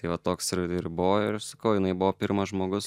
jo va toks ir ir buvo ir aš sakau jinai buvo pirmas žmogus